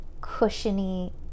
cushiony